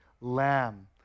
lamb